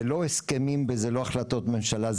זה לא הסכמים וזה א החלטות ממשלה.